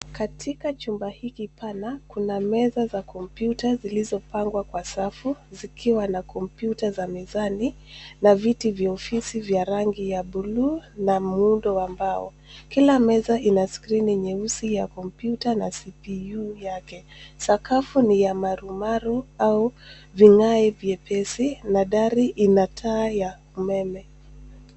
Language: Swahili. Katika chumba hiki pana, kuna meza za kompyuta zilizopangwa kwa safu , zikiwa na kompyuta za mezani na viti vya ofisi vya rangi ya buluu na muundo wa mbao. Kila meza inaskrini nyeusi ya kompyuta na CPU yake. Sakafu ni ya marumaru au ving'ae vyepesi na dari inataa ya umeme.